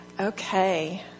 Okay